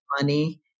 money